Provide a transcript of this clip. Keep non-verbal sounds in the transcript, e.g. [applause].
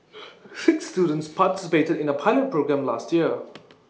[noise] six students participated in A pilot programme last year